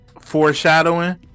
foreshadowing